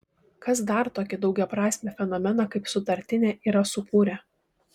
kas dar tokį daugiaprasmį fenomeną kaip sutartinė yra sukūrę